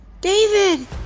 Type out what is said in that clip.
David